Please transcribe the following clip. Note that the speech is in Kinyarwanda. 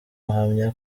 ahamya